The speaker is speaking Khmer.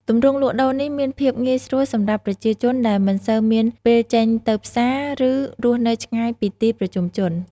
ទម្រង់លក់ដូរនេះមានភាពងាយស្រួលសម្រាប់ប្រជាជនដែលមិនសូវមានពេលចេញទៅផ្សារ ឬរស់នៅឆ្ងាយពីទីប្រជុំជន។